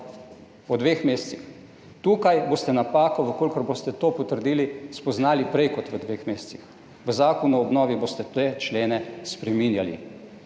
po dveh mesecih. Tukaj boste napako, v kolikor boste to potrdili, spoznali prej kot v dveh mesecih. V zakonu o obnovi boste te člene spreminjali,